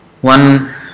One